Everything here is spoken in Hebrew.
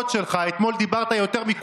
איתן,